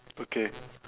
okay